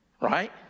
right